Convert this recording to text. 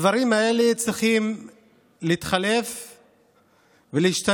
הדברים האלה צריכים להתחלף ולהשתנות.